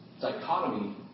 dichotomy